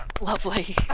Lovely